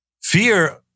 Fear